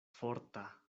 forta